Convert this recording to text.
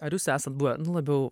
ar jūs esat buvę nu labiau